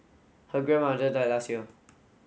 her grandmother died last year